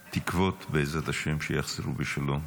לתקוות, בעזרת השם, שיחזרו בשלום,